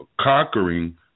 conquering